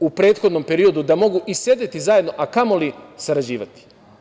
u prethodnom periodu da mogu i sedeti zajedno, a kamoli sarađivati.